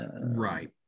Right